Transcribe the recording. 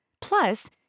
Plus